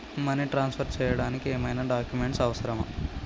Money transfer చేయడానికి ఏమైనా documents అవసరమా?